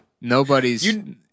Nobody's